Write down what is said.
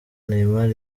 neymar